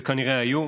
וכנראה היו?